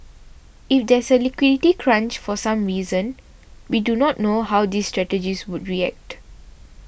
if there's a liquidity crunch for some reason we do not know how these strategies would react